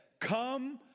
Come